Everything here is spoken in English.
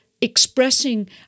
expressing